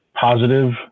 positive